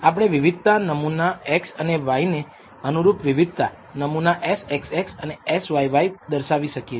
આપણે વિવિધતા નમૂના x અને y ને અનુરૂપ વિવિધતા નમૂના Sxx અને Syy દર્શાવી શકીયે